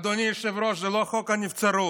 אדוני היושב-ראש, זה לא חוק הנבצרות,